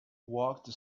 walked